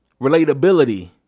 Relatability